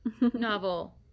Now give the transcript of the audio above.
novel